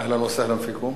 מירכא, אהלן וסהלן פיכום.